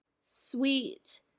sweet